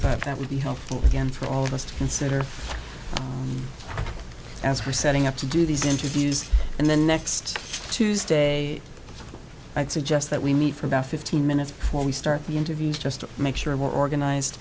thought that would be helpful again for all of us to consider as were setting up to do these interviews and then next tuesday i'd suggest that we need for about fifteen minutes before we start the interviews just to make sure more organized